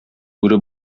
бүре